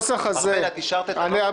ארבל, את אישרת את הנוסח הזה?